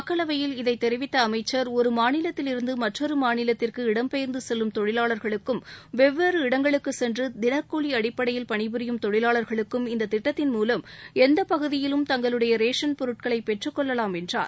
மக்களவையில் இதை தெரிவித்த அமைச்சர் ஒரு மாநிலத்தில் இருந்து மற்றொரு மாநிலத்திற்கு இடம்பெயர்ந்து செல்லும் தொழிலாளர்களுக்கும் வெவ்வேறு இடங்களுக்கு சென்று தினக்கூலி அடிப்படையில் பணிபுரியும் தொழிலாளர்களுக்கும் இந்த திட்டத்தின் மூலம் எந்த பகுதியிலும் தங்களுடைய ரேஷன் பொருட்களை பெற்றுக்கொள்ளலாம் என்றார்